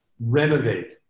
renovate